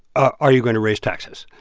ah are you going to raise taxes?